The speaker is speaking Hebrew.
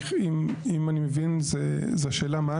אם אני מבין, זו שאלה מה?